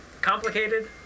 complicated